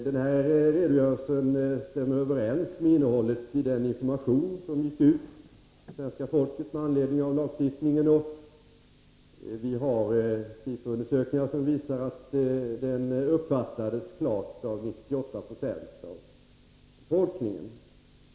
Den här redogörelsen stämmer överens med innehållet i den information som gick ut till svenska folket med anledning av lagstiftningen, och vi har SIFO-undersökningar som visar att den klart uppfattades av 98 26 av befolkningen.